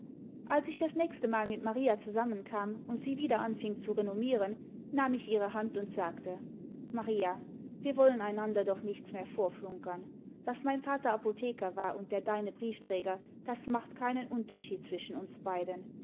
als ich das nächste mal mit maria zusammenkam und sie wieder anfing zu renommieren nahm ich ihre hand und sagte maria wir wollen einander doch nichts mehr vorflunkern daß mein vater apotheker war und der deine briefträger das macht keinen unterschied zwischen uns beiden